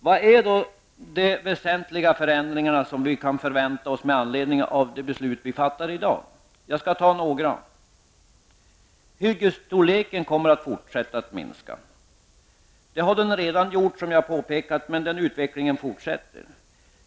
Vilka är då de väsentliga förändringar som vi kan förvänta oss med anledning av dagens beslut? Jag vill peka på några saker. Hyggesstorleken kommer att fortsätta att minska. Så har det alltså varit, som jag redan har påpekat. Men den här utvecklingen fortsätter.